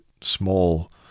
small